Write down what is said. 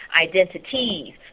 identities